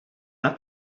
una